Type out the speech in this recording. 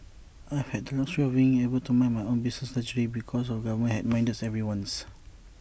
I've had the luxury of being able to mind my own business largely because the government had minded everyone's